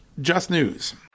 justnews